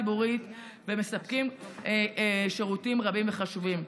הציבורית ומספקים שירותים רבים וחשובים,